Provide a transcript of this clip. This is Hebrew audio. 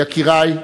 יקירי,